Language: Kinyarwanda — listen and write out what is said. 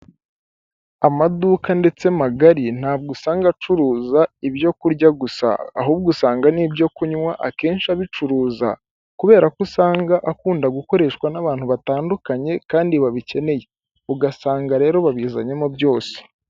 Amaduka ndetse magari ntabwo usanga acuruza ibyo kurya gusa, ahubwo usanga n'ibyo kunywa akenshi abicuruza kubera ko usanga akunda gukoreshwa n'abantu batandukanye kandi babikeneye, ugasanga rero babizanyemo byose.